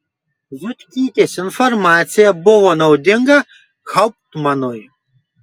zutkytės informacija buvo naudinga hauptmanui